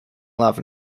love